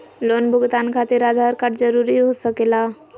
Loan भुगतान खातिर Aadhaar card जरूरी हो सके ला?